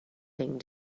thing